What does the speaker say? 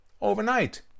overnight